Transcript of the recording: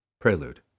Prelude